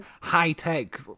high-tech